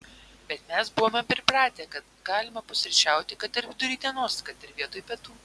bet mes buvome pripratę kad galima pusryčiauti kad ir vidury dienos kad ir vietoj pietų